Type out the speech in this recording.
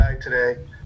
today